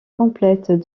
complète